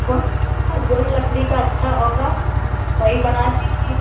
कौन सा जवन लकड़ी का अच्छा होगा वही बना दीजिए